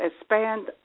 expand